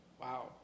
Wow